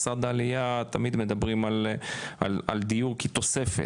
משרד העלייה תמיד מדברים על דיור כתוספת,